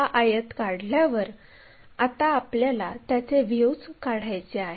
हा आयत काढल्यावर आता आपल्याला त्याचे व्ह्यूज काढायचे आहेत